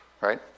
Right